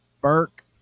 Burke